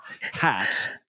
hats